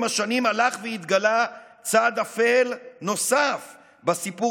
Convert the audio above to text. עם השנים הלך והתגלה צד אפל נוסף בסיפור